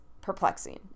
perplexing